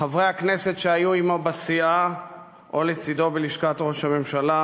חברי הכנסת שהיו עמו בסיעה או לצדו בלשכת ראש הממשלה,